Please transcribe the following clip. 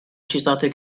citate